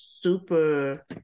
super